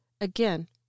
Again